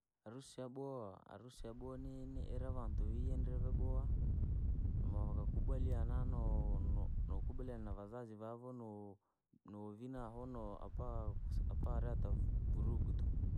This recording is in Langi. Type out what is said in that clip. Harusi yabowa harusi yabowa ni- ni ira yevantuu vii ye ndiree vyaboowa, maa vakakubaliana nokubaliana nokubaliana na vazazi vavo, novina hono apakusi apareta vu- vunugu tukuu.